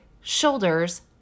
shoulders